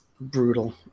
brutal